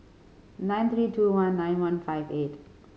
nine three two one nine one five eight